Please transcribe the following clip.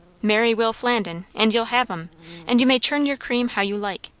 marry will flandin, and you'll have em and you may churn your cream how you like.